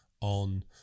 on